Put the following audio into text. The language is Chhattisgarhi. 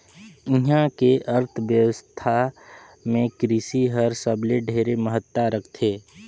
इहां के अर्थबेवस्था मे कृसि हर सबले ढेरे महत्ता रखथे